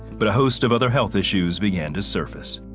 but a host of other health issues began to surface.